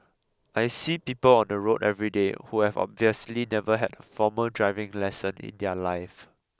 I see people on the road everyday who have obviously never had a formal driving lesson in their life